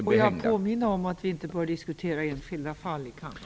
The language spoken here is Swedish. Jag vill påminna om att vi inte bör diskutera enskilda fall i kammaren.